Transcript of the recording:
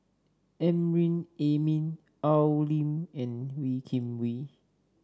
Amrin Amin Al Lim and Wee Kim Wee